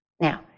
Now